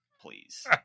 please